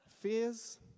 Fears